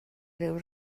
ryw